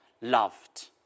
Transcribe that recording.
loved